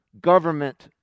government